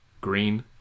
green